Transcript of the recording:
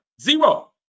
zero